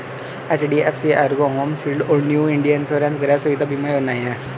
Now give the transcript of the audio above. HDFC Ergo home shield और new India insurance गृह सुविधा बीमा योजनाएं हैं